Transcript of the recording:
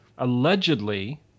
allegedly